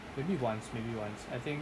maybe once maybe once I think